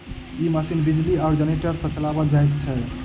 ई मशीन बिजली आ जेनेरेटर सॅ चलाओल जाइत छै